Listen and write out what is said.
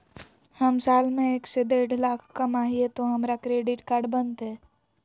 हम साल में एक से देढ लाख कमा हिये तो हमरा क्रेडिट कार्ड बनते?